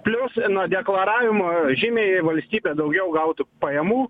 plius nuo deklaravimo žymiai valstybė daugiau gautų pajamų